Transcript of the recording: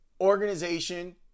organization